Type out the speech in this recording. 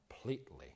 completely